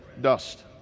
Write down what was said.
Dust